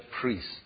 priests